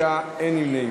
נמנע?